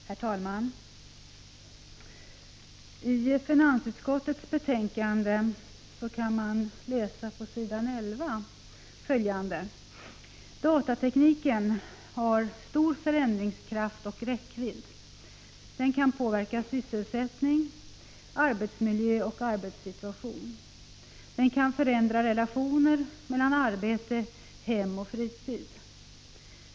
Herr talman! I finansutskottets betänkande 5 kan man på s. 11 läsa ”Datatekniken har stor förändringskraft och räckvidd. Den kan påverka sysselsättning, arbetsmiljö och arbetsorganisation. Den kan förändra relationer mellan arbete, hem och fritid.